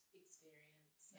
experience